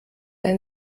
ein